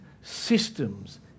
systems